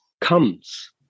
comes